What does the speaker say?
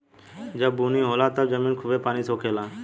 जब बुनी होला तब जमीन खूबे पानी सोखे ला